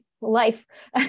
life